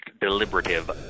deliberative